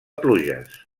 pluges